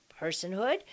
personhood